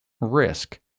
risk